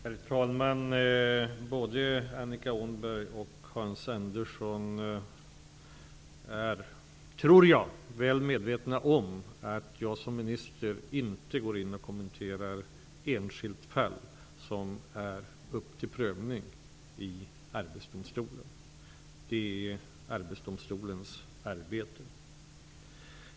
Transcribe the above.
Herr talman! Jag tror att både Annika Åhnberg och Hans Andersson är väl medvetna om att jag som minister inte kan gå in och kommentera ett enskilt fall som är uppe till prövning i Arbetsdomstolen. Det är Arbetsdomstolens sak att avgöra detta.